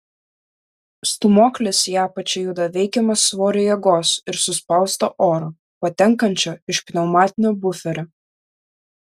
stūmoklis į apačią juda veikiamas svorio jėgos ir suspausto oro patenkančio iš pneumatinio buferio